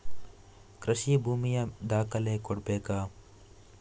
ಕೃಷಿ ಭೂಮಿಯ ದಾಖಲೆ ಕೊಡ್ಬೇಕಾ?